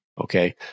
okay